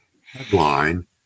headline